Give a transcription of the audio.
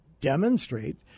demonstrate